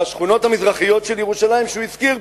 בשכונות המזרחיות של ירושלים שהוא הזכיר פה,